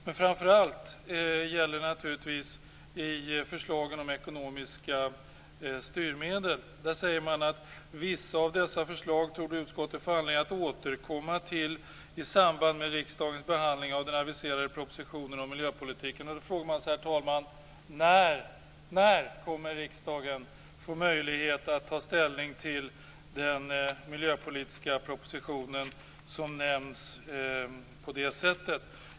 Men framför allt gäller det naturligtvis förslagen om ekonomiska styrmedel. Där säger man: "Vissa av dessa förslag torde utskottet få anledning att återkomma till i samband med riksdagens behandling av den aviserade propositionen om miljöpolitiken." Då frågar man sig: När kommer riksdagen att få möjlighet att ta ställning till den miljöpolitiska proposition som nämns på det sättet?